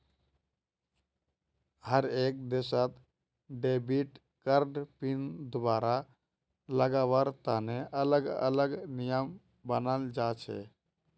हर एक देशत debit card PIN दुबारा लगावार तने अलग अलग नियम बनाल जा छे